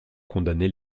condamnait